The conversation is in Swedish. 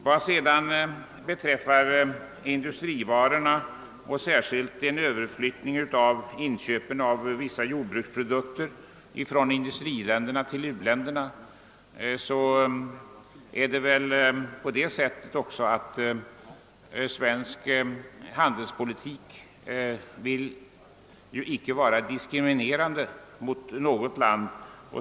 Vad sedan beträffar förslaget att överflytta importen av vissa varor, särskilt vissa jordbruksprodukter, från industriländerna till u-länderna, vill jag säga att svensk handelspolitik inte skall diskriminera något land.